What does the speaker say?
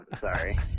Sorry